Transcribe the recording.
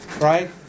Right